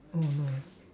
oh no